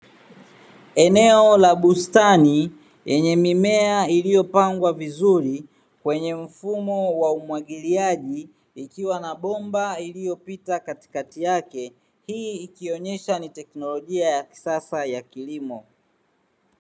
Eneo la bustani yenye mimea iliyopangwa vizuri kwenye mfumo wa umwagiliaji ikiwa na bomba iliyopita katikati yake hii ikionyesha ni teknolojia ya kisasa ya kilimo